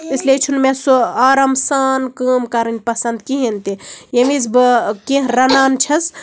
اس لیے چھُنہٕ مےٚ سُہ آرام سان کٲم کَرٕنۍ پَسنٛد کِہینۍ تہِ ییٚمہِ وِزِ بہٕ کیٚنٛہہ رَنان چھَس